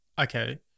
Okay